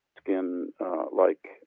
skin-like